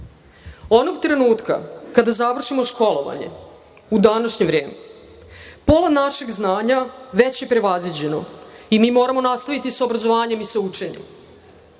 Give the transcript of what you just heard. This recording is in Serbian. Onog trenutka kada završimo školovanje u današnje vreme pola našeg znanja već je prevaziđeno i mi moramo nastaviti sa obrazovanjem i sa učenjem.